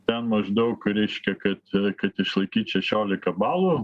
ten maždaug reiškia kad kad išlaikyt šešiolika balų